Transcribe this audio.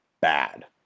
bad